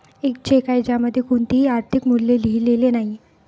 एक चेक आहे ज्यामध्ये कोणतेही आर्थिक मूल्य लिहिलेले नाही